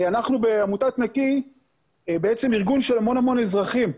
אנחנו בעמותת נקי בעצם ארגון של המון המון אזרחים,